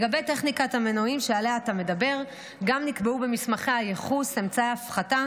גם לגבי טכניקת המנועים שעליה אתה מדבר נקבעו במסמכי הייחוס אמצעי הפחתה